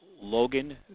Logan